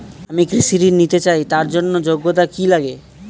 আমি কৃষি ঋণ নিতে চাই তার জন্য যোগ্যতা কি লাগে?